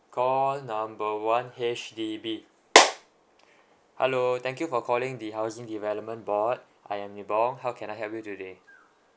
call number one H_D_B hello thank you for calling the housing development board I am nibong how can I help you today